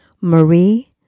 Marie